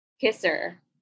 kisser